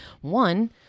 one